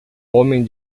homem